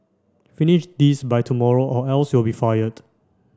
finish this by tomorrow or else you'll be fired